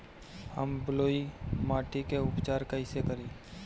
हम बलुइ माटी के उपचार कईसे करि?